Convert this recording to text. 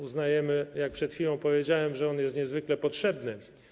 Uznajemy, jak przed chwilą powiedziałem, że on jest niezwykle potrzebny.